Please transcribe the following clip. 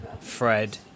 Fred